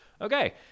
okay